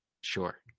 Sure